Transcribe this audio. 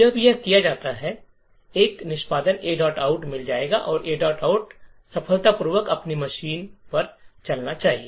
जब यह किया जाता है एक निष्पादक aout मिल जाएगा और यह aout सफलतापूर्वक अपनी मशीन पर चलाना चाहिए